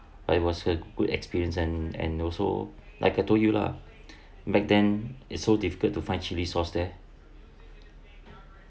but it was a good experience and and also like I told you lah back then it's so difficult to find chilli sauce there